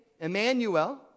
Emmanuel